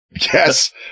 yes